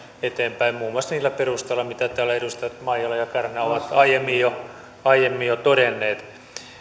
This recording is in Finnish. eteenpäin muun muassa niillä perusteilla mitä täällä edustajat maijala ja kärnä ovat aiemmin jo aiemmin jo todenneet